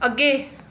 अग्गें